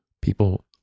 people